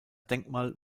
denkmal